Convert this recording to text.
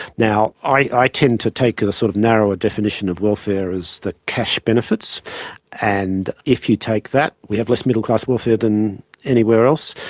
now, i tend to take the sort of narrower definition of welfare as the cash benefits and if you take that, we have less middle-class welfare than anywhere else.